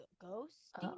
ghost